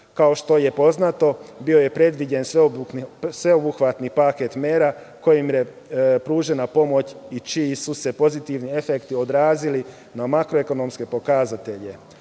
Kao što je poznato, bio je predviđen sveobuhvatni paket mera kojima je pružena pomoć i čiji su se pozitivni efekti odrazili na makroekonomske pokazatelje.